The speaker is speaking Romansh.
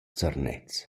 zernez